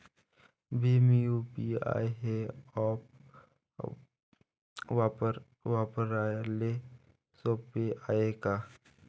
Bhim UPI हे app वापराले सोपे हाय का?